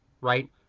right